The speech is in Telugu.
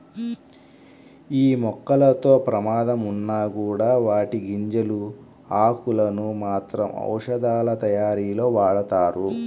యీ మొక్కలతో ప్రమాదం ఉన్నా కూడా వాటి గింజలు, ఆకులను మాత్రం ఔషధాలతయారీలో వాడతారు